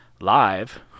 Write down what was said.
live